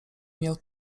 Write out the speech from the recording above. miał